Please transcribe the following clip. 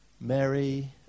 Mary